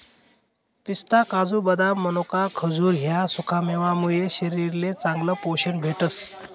पिस्ता, काजू, बदाम, मनोका, खजूर ह्या सुकामेवा मुये शरीरले चांगलं पोशन भेटस